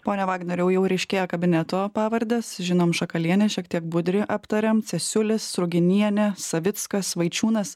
pone vagnoriau jau ryškėja kabineto pavardes žinom šakalienė šiek tiek budrį aptarėm cesiulis ruginienė savickas vaičiūnas